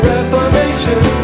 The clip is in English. Reformation